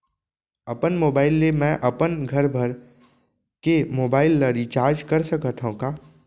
अपन मोबाइल ले मैं अपन घरभर के मोबाइल ला रिचार्ज कर सकत हव का?